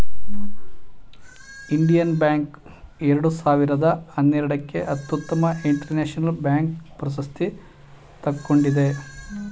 Indian bank ಎರಡು ಸಾವಿರದ ಹನ್ನೆರಡಕ್ಕೆ ಅತ್ಯುತ್ತಮ ಇಂಟರ್ನ್ಯಾಷನಲ್ ಬ್ಯಾಂಕ್ ಪ್ರಶಸ್ತಿ ತಗೊಂಡಿದೆ